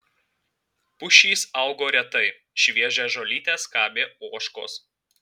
pušys augo retai šviežią žolytę skabė ožkos